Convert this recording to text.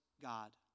God